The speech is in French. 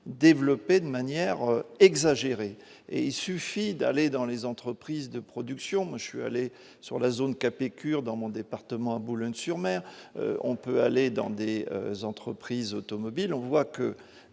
développée de manière exagérée et il suffit d'aller dans les entreprises de production, je suis allé sur la zone KP piqûres dans mon département, Boulogne-sur-Mer, on peut aller dans des entreprises automobiles, on voit que